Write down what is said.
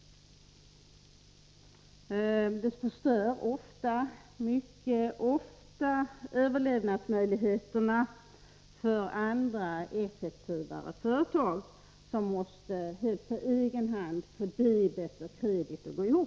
De förstör ofta — mycket ofta — överlevnadsmöjligheterna för andra, effektivare företag, som på egen hand måste få debet och kredit att gå ihop.